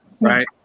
right